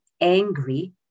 angry